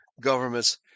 governments